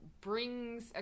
brings